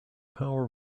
power